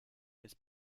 based